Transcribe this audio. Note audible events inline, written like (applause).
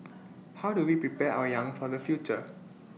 (noise) how do we prepare our young for the future